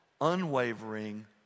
unwavering